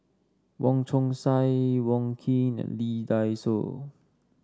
Wong Chong Sai Wong Keen and Lee Dai Soh